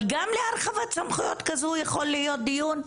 אבל גם להרחבת סמכויות כזו יכול להיות דיון.